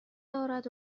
دارد